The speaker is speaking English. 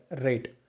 rate